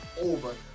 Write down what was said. over